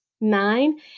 nine